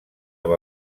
amb